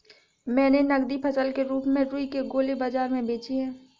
मैंने नगदी फसल के रूप में रुई के गोले बाजार में बेचे हैं